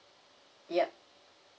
yup